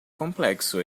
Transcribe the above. complexo